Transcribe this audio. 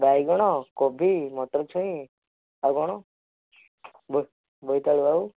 ବାଇଗଣ କୋବି ମଟରଛୁଇଁ ଆଉ କଣ ବୋଇତାଳୁ ଆଉ